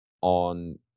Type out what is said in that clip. on